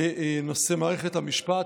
בנושא מערכת המשפט.